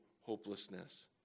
hopelessness